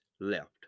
left